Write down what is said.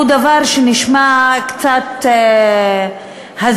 היא דבר שנשמע קצת הזוי,